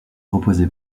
reposer